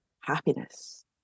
happiness